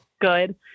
good